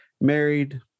Married